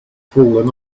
fallen